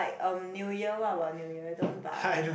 New Year what about New Year don't buy